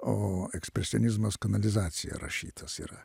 o ekspresionizmas kanalizacija rašytas yra